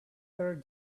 their